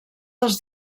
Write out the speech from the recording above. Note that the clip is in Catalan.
dels